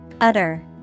Utter